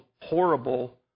horrible